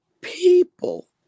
people